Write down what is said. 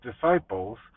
disciples